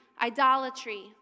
idolatry